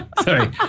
Sorry